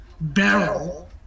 Barrel